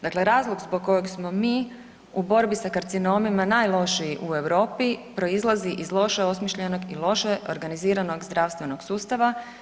Dakle, razlog zbog kojeg smo mi u borbi sa karcinomima najlošiji u Europi proizlazi iz loše osmišljenog i loše organiziranog zdravstvenog sustava.